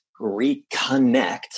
reconnect